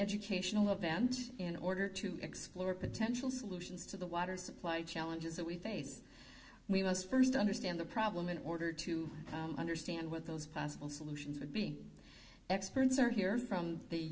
educational event in order to explore potential solutions to the water supply challenges that we face we must first understand the problem in order to understand what those possible solutions would be experts are here from the